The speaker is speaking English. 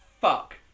fuck